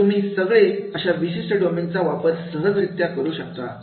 आणि तुम्ही सगळे अशा विशिष्ट डोमेन चा वापर सहज रित्या करू शकता